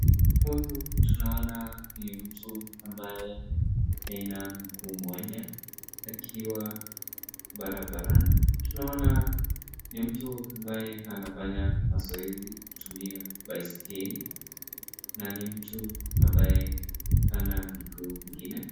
Huyu tunaona ni mtu ambaye ana mguu mmoja, akiwa barabarani, tunaona ni mtu ambaye anafanya mazoezi kutumia baiskeli, na ni mtu ambaye hana miguu ingine.